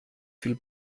viel